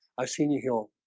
i've seen you heal.